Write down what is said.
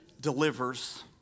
delivers